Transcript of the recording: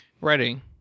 Ready